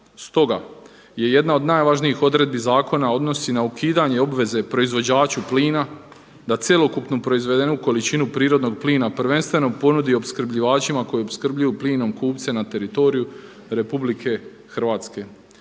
Stoga se jedna od najvažnijih odredbi zakona odnosi na ukidanje obveze proizvođaču plina da cjelokupnu proizvedenu količinu plina prvenstveno ponudi opskrbljivačima koji opskrbljuju plinom kupce na teritoriju RH a što se